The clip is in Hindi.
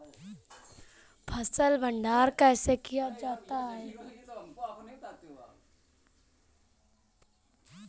फ़सल भंडारण कैसे किया जाता है?